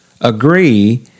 agree